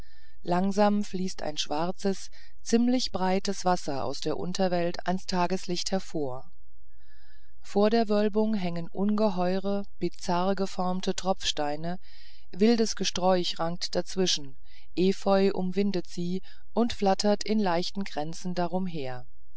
langsam fließt ein schwarzes ziemlich breites wasser aus der unterwelt an's tageslicht hervor vor der wölbung hängen ungeheure bizarr geformte tropfsteine wildes gesträuch rankt dazwischen efeu umwindet sie und flattert in leichten kränzen darum her